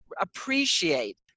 appreciate